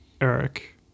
eric